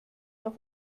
auf